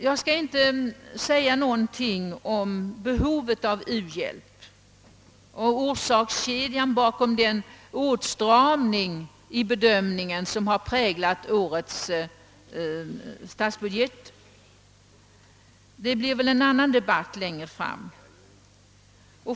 Jag skall inte gå in på frågan om behovet av u-hjälp och orsakskedjan bakom den åtstramning i bedömningen som har präglat årets statsbudget — det blir väl en debatt om den saken längre fram.